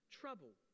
trouble